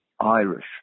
Irish